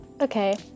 okay